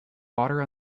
water